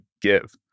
give